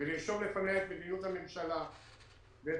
ולרשום בפניה את מדיניות הממשלה ואת